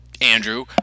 Andrew